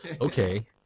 okay